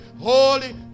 holy